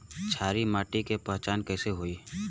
क्षारीय माटी के पहचान कैसे होई?